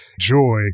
joy